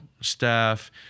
staff